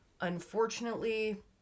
unfortunately